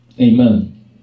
Amen